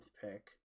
pick